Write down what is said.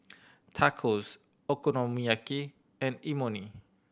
Tacos Okonomiyaki and Imoni